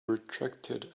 retracted